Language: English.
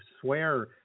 swear